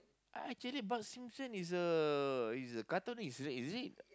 actually Bart-Simpson is a is a cartoonist is it